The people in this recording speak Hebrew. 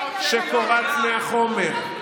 היו יכולים להתגאות בהם,